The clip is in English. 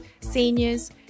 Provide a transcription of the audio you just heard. seniors